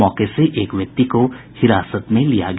मौके से एक व्यक्ति को हिरासत में लिया गया